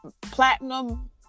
platinum